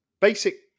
basic